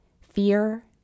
Fear